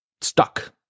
stuck